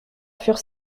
furent